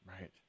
Right